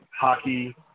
hockey